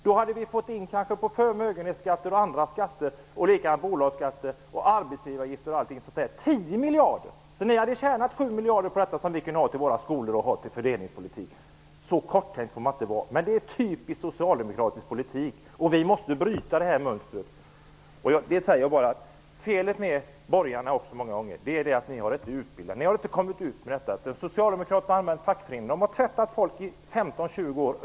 Då hade vi kanske fått in 10 miljarder på förmögenhetsskatter, bolagsskatter och arbetsgivaravgifter. Vi hade kunnat tjäna 7 miljarder som hade kunnat användas till skolorna och fördelningspolitiken. Man får inte vara så korttänkt. Men det är typisk socialdemokratisk politik. Vi måste bryta mönstret. Felet med borgarna är att de inte når ut med detta. Socialdemokraterna har använt fackföreningarna. De har tvättat folk i 15--20 år.